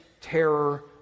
terror